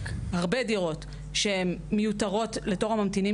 הרבה דירות שהן מיותרות לתור הממתינים